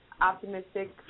optimistic